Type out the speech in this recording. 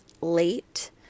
late